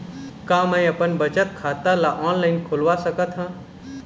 का मैं अपन बचत खाता ला ऑनलाइन खोलवा सकत ह?